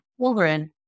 children